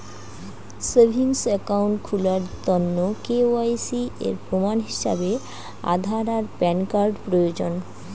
savings account খুলার তন্ন KYC এর প্রমাণ হিছাবে আধার আর প্যান কার্ড প্রয়োজন